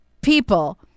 people